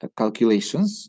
calculations